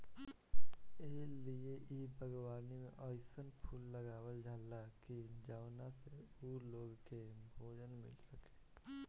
ए लिए इ बागवानी में अइसन फूल लगावल जाला की जवना से उ लोग के भोजन मिल सके